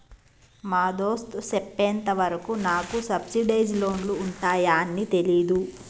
మా దోస్త్ సెప్పెంత వరకు నాకు సబ్సిడైజ్ లోన్లు ఉంటాయాన్ని తెలీదు